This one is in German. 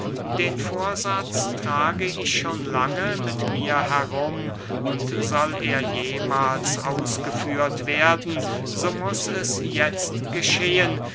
den vorsatz trage ich schon lange mit mir herum und soll er jemahls ausgeführt werden so muß es jetzt geschehen